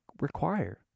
require